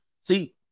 see